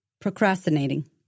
Procrastinating